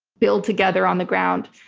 build together on the ground.